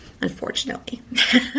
Unfortunately